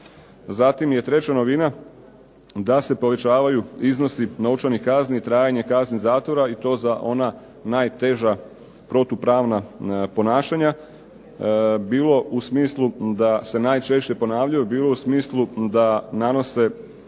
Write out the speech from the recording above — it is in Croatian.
Zatim je treća novina da se povećavaju novčani iznosi, novčanih kazni i trajanje kazne zatvora i to za ona najteža protupravna ponašanja bilo u smislu da se najčešće ponavljaju bilo u smislu da nanose